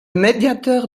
médiateur